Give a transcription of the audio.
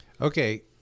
Okay